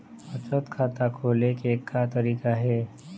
बचत खाता खोले के का तरीका हे?